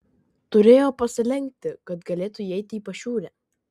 turėjo pasilenkti kad galėtų įeiti į pašiūrę